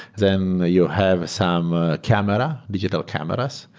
then you have some camera, digital cameras.